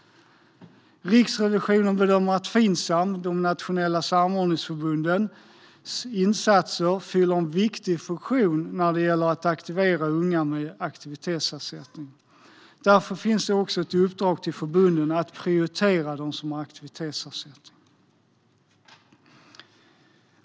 Riksrevisionen bedömer att de insatser som görs av Finsam, de finansiella samordningsförbunden, fyller en viktig funktion när det gäller att aktivera unga med aktivitetsersättning. Därför finns också ett uppdrag till förbunden att prioritera dem som har aktivitetsersättning.